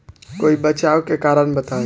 कोई बचाव के कारण बताई?